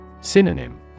Synonym